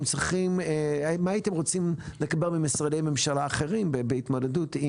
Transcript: ומה הייתם רוצים לקבל ממשרדי ממשלה אחרים בהתמודדות?